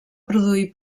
produir